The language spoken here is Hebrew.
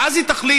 ואז היא תחליט,